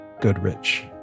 Goodrich